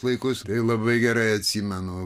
laikus tai labai gerai atsimenu